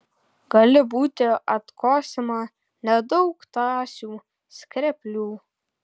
gali būti atkosima nedaug tąsių skreplių